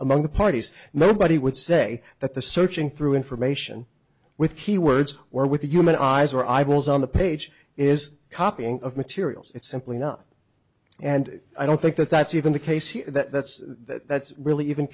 among the parties nobody would say that the searching through information with keywords were with human eyes or eyeballs on the page is copying of materials it's simply not and i don't think that that's even the case here that that's that's really even